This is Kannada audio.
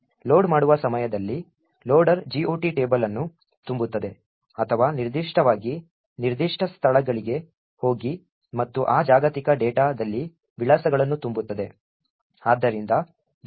ಲೋಡ್ ಮಾಡುವ ಸಮಯದಲ್ಲಿ ಲೋಡರ್ GOT ಟೇಬಲ್ ಅನ್ನು ತುಂಬುತ್ತದೆ ಅಥವಾ ನಿರ್ದಿಷ್ಟವಾಗಿ ನಿರ್ದಿಷ್ಟ ಸ್ಥಳಗಳಿಗೆ ಹೋಗಿ ಮತ್ತು ಆ ಜಾಗತಿಕ ಡೇಟಾದಲ್ಲಿ ವಿಳಾಸಗಳನ್ನು ತುಂಬುತ್ತದೆ